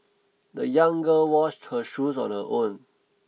the young girl washed her shoes on her own